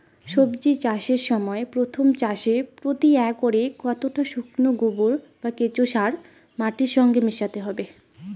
সবজি চাষের সময় প্রথম চাষে প্রতি একরে কতটা শুকনো গোবর বা কেঁচো সার মাটির সঙ্গে মেশাতে হবে?